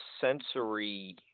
sensory